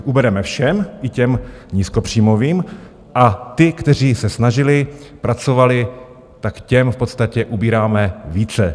Ubereme všem, i těm nízkopříjmovým, a ti, kteří se snažili, pracovali, tak těm v podstatě ubíráme více.